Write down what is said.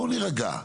בואו נירגע,